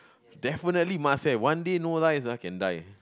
definitely must have one day no rice ah can die